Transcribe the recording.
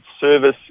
service